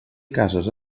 cases